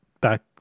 back